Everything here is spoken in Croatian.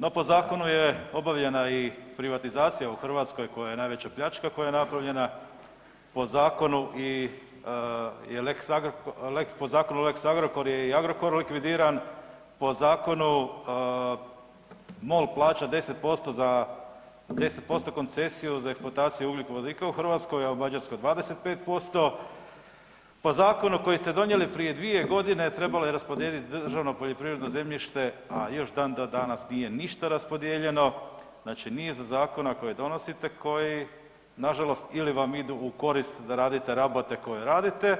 No po zakonu je obavljena i privatizacija u Hrvatskoj koja je najveća pljačka koja je napravljena po zakonu i po zakonu Lex Agrokor je i Agrokor likvidiran, po zakonu Mol plaća 10% za, 10% koncesiju za eksploataciju ugljikovodika u Hrvatskoj, a u Mađarskoj 25%, po zakonu koji ste donijeli prije 2 godine trebalo je raspodijeliti državno poljoprivredno zemljište, a i još dan danas nije ništa raspodijeljeno, znači niz zakona koje donosite koji nažalost ili vam idu u korist da radite rabote koje radite,